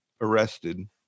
arrested